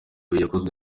yakozwe